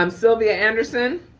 um sylvia anderson.